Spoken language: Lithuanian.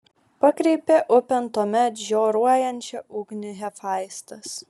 pakreipė upėn tuomet žioruojančią ugnį hefaistas